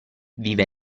vive